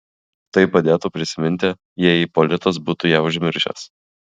tai padėtų prisiminti jei ipolitas būtų ją užmiršęs